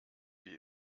wie